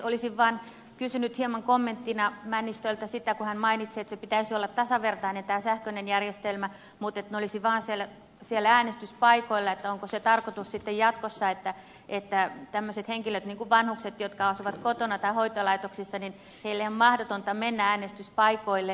olisin vaan kysynyt hieman kommenttina männistöltä sitä kun hän mainitsi että tämän sähköisen järjestelmän pitäisi olla tasavertainen mutta kun ne olisivat vain siellä äänestyspaikoilla niin onko tarkoitus sitten jatkossa että tämmöisten henkilöiden kuin vanhusten jotka asuvat kotona tai hoitolaitoksissa on mahdotonta mennä äänestyspaikoille